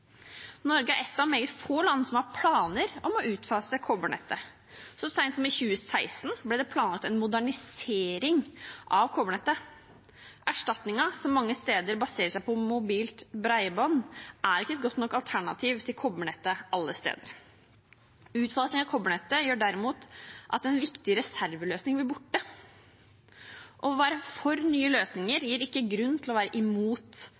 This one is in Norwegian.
Norge er ett av meget få land som har planer om å utfase kobbernettet. Så sent som i 2016 ble det planlagt en modernisering av kobbernettet. Erstatningen som mange steder baserer seg på mobilt bredbånd, er ikke et godt nok alternativ til kobbernettet alle steder. Utfasingen av kobbernettet gjør derimot at en viktig reserveløsning blir borte. Å være for nye løsninger gir ikke grunn til å være imot